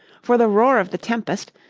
for the roar of the tempest,